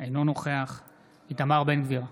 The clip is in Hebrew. אינו נוכח איתמר בן גביר,